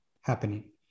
happening